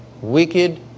wicked